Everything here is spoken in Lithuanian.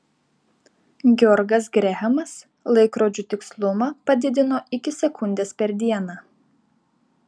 georgas grehamas laikrodžių tikslumą padidino iki sekundės per dieną